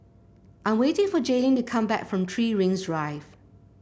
I am waiting for Jaylyn to come back from Three Rings Drive